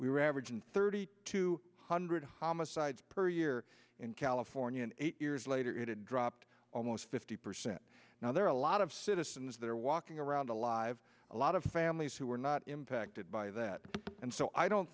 were averaging thirty two hundred homicides per year in california and eight years later it had dropped almost fifty percent now there are a lot of citizens that are walking around alive a lot of families who are not impacted by that and so i don't